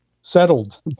settled